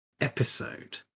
episode